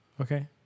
Okay